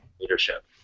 leadership